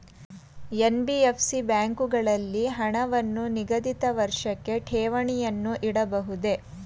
NBFC ಬ್ಯಾಂಕುಗಳಲ್ಲಿ ಹಣವನ್ನು ನಿಗದಿತ ವರ್ಷಕ್ಕೆ ಠೇವಣಿಯನ್ನು ಇಡಬಹುದೇ?